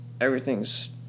everything's